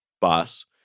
boss